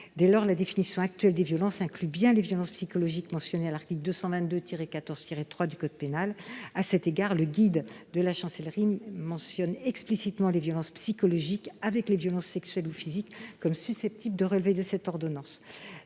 pénal. La définition actuelle des violences inclut donc bien les violences psychologiques mentionnées à l'article 222-14-3 du code pénal. À cet égard, le guide de la Chancellerie mentionne explicitement les violences psychologiques, avec les violences sexuelles ou physiques, comme susceptibles de relever de l'ordonnance